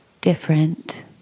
different